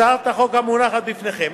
הצעת החוק המונחת בפניכם